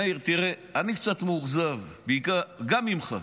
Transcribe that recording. מאיר, תראה, אני קצת מאוכזב, גם ממך.